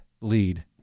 lead